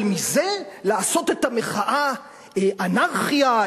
אבל מזה לעשות מהמחאה אנרכיה,